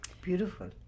Beautiful